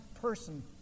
person